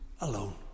alone